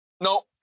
No